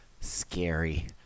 scary